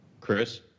Chris